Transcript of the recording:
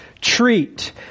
treat